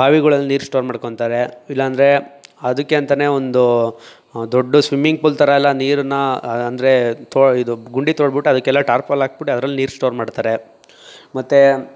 ಬಾವಿಗಳಲ್ಲಿ ನೀರು ಸ್ಟೋರ್ ಮಾಡ್ಕೊಳ್ತಾರೆ ಇಲ್ಲಾಂದ್ರೆ ಅದಕ್ಕೆ ಅಂತಲೇ ಒಂದು ದೊಡ್ಡ ಸ್ವಿಮ್ಮಿಂಗ್ ಪೂಲ್ ಥರಯೆಲ್ಲ ನೀರನ್ನು ಅಂದರೆ ತೊ ಇದು ಗುಂಡಿ ತೋಡ್ಬಿಟ್ಟು ಅದಕ್ಕೆಲ್ಲ ಟಾರ್ಪಲ್ ಹಾಕ್ಬಿಟ್ಟು ಅದ್ರಲ್ಲಿ ನೀರು ಸ್ಟೋರ್ ಮಾಡ್ತಾರೆ ಮತ್ತೆ